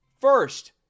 First